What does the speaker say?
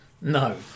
No